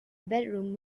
bedroom